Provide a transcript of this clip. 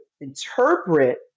interpret